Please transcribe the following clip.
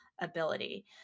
ability